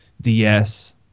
ds